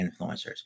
influencers